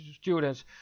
students